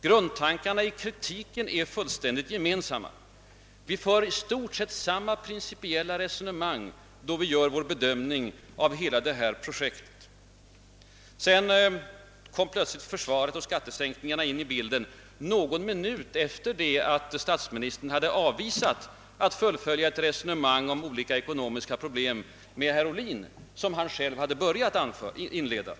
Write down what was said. Grundtankarna i kritiken är desamma. Vi för alltså i allt väsentligt samma principiella resonemang, då vi gör vår bedömning av hela projektet. Därefter kopplade statsministern in försvaret och skattesänkningarna i bilden, bara någon minut efter det att statsministern hade avvisat att fullfölja det resonemang om andra liknande politiska problem med herr Ohlin, som han själv hade inlett.